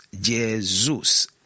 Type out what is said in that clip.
Jesus